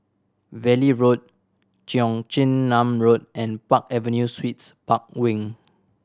Valley Road Cheong Chin Nam Road and Park Avenue Suites Park Wing